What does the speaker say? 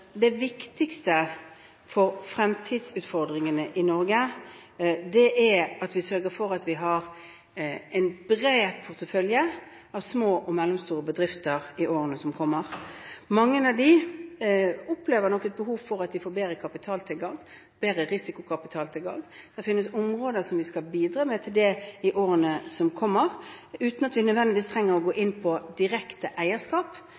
vi sørger for at vi har en bred portefølje av små og mellomstore bedrifter i årene som kommer. Mange av dem opplever nok et behov for å bedre kapitaltilgangen, bedre risikokapitaltilgangen. Det finnes områder der vi skal bidra til det i årene som kommer, uten at vi nødvendigvis trenger å gå inn på direkte eierskap,